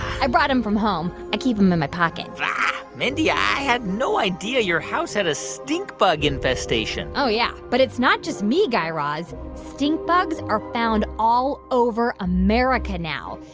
i brought him from home. i keep him in my pocket mindy, i had no idea your house had a stink bug infestation oh, yeah, but it's not just me, guy raz. stink bugs are found all over america now.